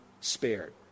spared